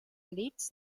elits